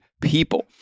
people